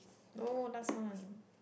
no last one